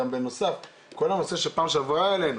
כל הנושא שפעם שעברה העלינו,